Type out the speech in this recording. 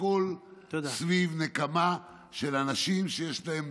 הכול סביב נקמה של אנשים שיש להם